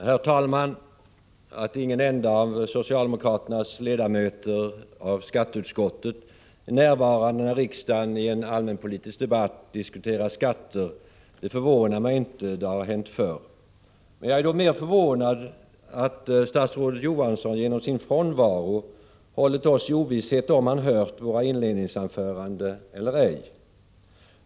Herr talman! Att ingen enda av socialdemokraternas ledamöter i skatteutskottet är närvarande när riksdagen i en allmänpolitisk debatt diskuterar skatter förvånar mig inte — det har hänt förr. Jag är mer förvånad över att statsrådet Johansson genom sin frånvaro hållit oss i ovisshet om huruvida han hört våra inledningsanföranden eller ej.